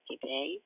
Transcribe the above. today